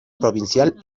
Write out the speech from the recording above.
provincial